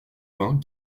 vingts